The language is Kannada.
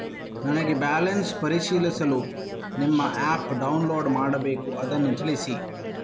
ನನಗೆ ಬ್ಯಾಲೆನ್ಸ್ ಪರಿಶೀಲಿಸಲು ನಿಮ್ಮ ಆ್ಯಪ್ ಡೌನ್ಲೋಡ್ ಮಾಡಬೇಕು ಅದನ್ನು ತಿಳಿಸಿ?